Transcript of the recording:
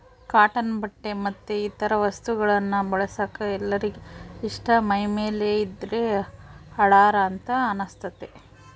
cotton ಬಟ್ಟೆ ಮತ್ತೆ ಇತರ ವಸ್ತುಗಳನ್ನ ಬಳಸಕ ಎಲ್ಲರಿಗೆ ಇಷ್ಟ ಮೈಮೇಲೆ ಇದ್ದ್ರೆ ಹಳಾರ ಅಂತ ಅನಸ್ತತೆ